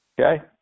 Okay